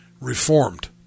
reformed